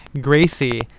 Gracie